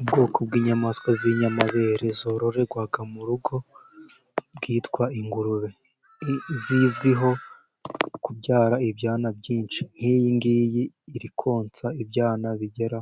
Ubwoko bw’inyamaswa z’inyamabere zororerwa mu rugo bwitwa ingurube, zizwiho kubyara ibyana byinshi. Nk’iyi ngiyi iri konsa ibyana bigera